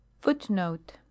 Footnote